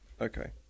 okay